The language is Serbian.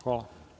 Hvala.